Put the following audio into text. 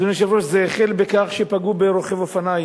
אדוני היושב-ראש, זה החל בכך שפגעו ברוכב אופניים,